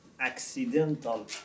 accidental